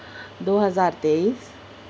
دو ہزار تئیس